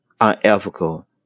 unethical